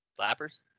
Slappers